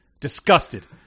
Disgusted